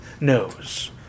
knows